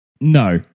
no